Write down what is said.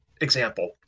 example